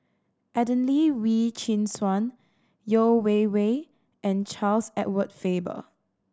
Adelene Wee Chin Suan Yeo Wei Wei and Charles Edward Faber